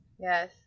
Yes